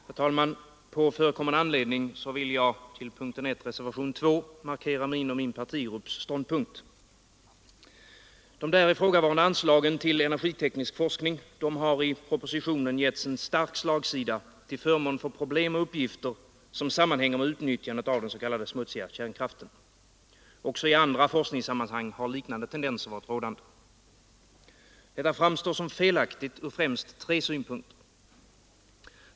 Herr talman! På förekommen anledning vill jag markera min och min partigrupps ståndpunkt till punkten 1 i reservationen 2. Anslagen till energiteknisk forskning har i propositionen getts en stark slagsida till förmån för problem och uppgifter som sammanhänger med utnyttjandet av den s.k. smutsiga kärnkraften. Också i andra forskningssammanhang har liknande tendenser varit rådande. Detta framstår som felaktigt från främst tre synpunkter.